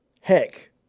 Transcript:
heck